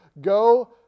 go